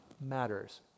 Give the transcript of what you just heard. matters